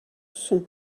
sont